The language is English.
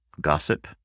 gossip